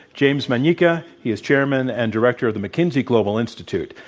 james manyika. he is chairman and director of the mckinsey global institute.